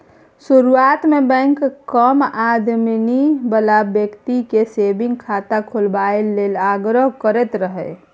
शुरुआत मे बैंक कम आमदनी बला बेकती केँ सेबिंग खाता खोलबाबए लेल आग्रह करैत रहय